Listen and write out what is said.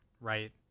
Right